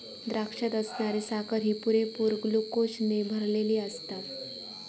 द्राक्षात असणारी साखर ही पुरेपूर ग्लुकोजने भरलली आसता